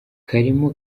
karimo